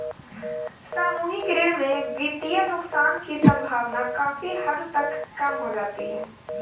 सामूहिक ऋण में वित्तीय नुकसान की सम्भावना काफी हद तक कम हो जाती है